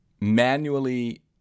manually